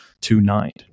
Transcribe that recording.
tonight